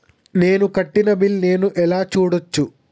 నేను కట్టిన బిల్లు ను నేను ఎలా చూడచ్చు?